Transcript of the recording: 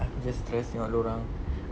aku just stress tengok dorang